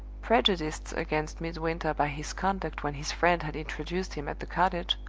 prejudiced against midwinter by his conduct when his friend had introduced him at the cottage,